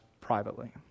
privately